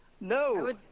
No